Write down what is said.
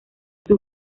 sus